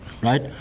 right